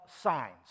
signs